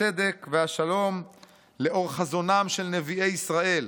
הצדק והשלום לאור חזונם של נביאי ישראל,